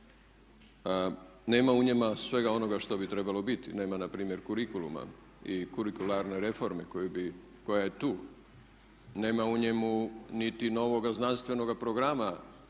Nema u njima svega onoga što bi trebalo biti, nema npr. kurikuluma i kurikularne reforme koja je tu, nema u njemu niti novoga znanstvenoga programa